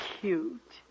cute